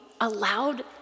allowed